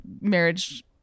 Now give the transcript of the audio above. marriage